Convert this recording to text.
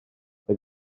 mae